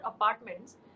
apartments